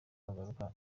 yagaruka